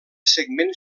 segment